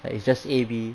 like it's just A B